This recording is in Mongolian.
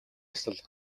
ёслол